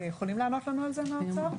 יכולים לענות לנו על זה ממשרד האוצר?